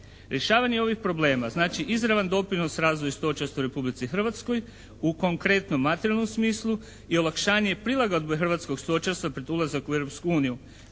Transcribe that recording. Rješavanje ovih problema, znači izravan doprinos razvoju stočarstva u Republici Hrvatskoj u konkretnom materijalnom smislu i olakšanje prilagodbe hrvatskog stočarstva pred ulazak u